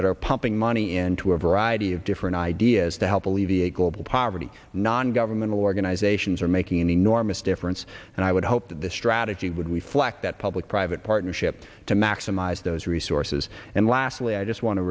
that are pumping money into a variety of different ideas to help alleviate global poverty non governmental organizations are making an enormous difference and i would hope that the strategy would reflect that public private partnership to maximize those resources and lastly i just want to